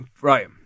right